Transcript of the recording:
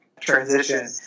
transition